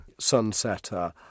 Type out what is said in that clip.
Sunsetter